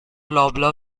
loblaw